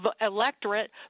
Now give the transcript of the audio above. electorate